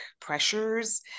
pressures